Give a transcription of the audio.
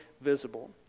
visible